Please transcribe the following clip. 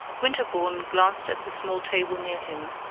winterbourne glanced at the small table near him,